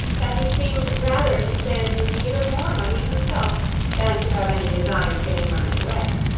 that he seemed rather to stand in need of more money himself than to have any design of giving money away.